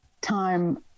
time